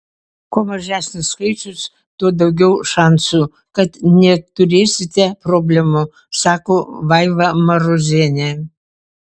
kuo mažesnis skaičius tuo daugiau šansų kad neturėsite problemų sako vaiva marozienė